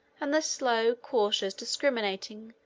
and the slow, cautious, discriminating,